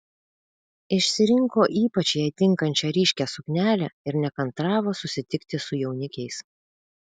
išsirinko ypač jai tinkančią ryškią suknelę ir nekantravo susitikti su jaunikiais